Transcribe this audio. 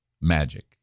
magic